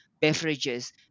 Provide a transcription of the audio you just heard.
beverages